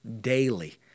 daily